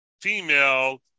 female